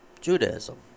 Judaism